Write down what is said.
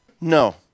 No